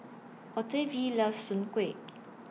Octavie loves Soon Kway